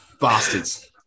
Bastards